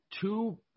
Two